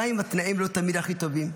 גם אם התנאים לא תמיד הכי טובים,